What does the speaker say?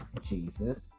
Jesus